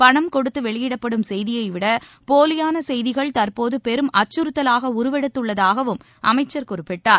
பணம் கொடுத்து வெளியிடப்படும் செய்தியைவிட போலியான செய்திகள் தற்போது பெரும் அச்சுறுத்தவாக உருவெடுத்துள்ளதாகவும் அமைச்சர் குறிப்பிட்டார்